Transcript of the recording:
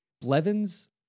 Blevins